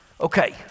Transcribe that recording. Okay